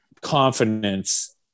confidence